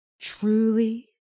truly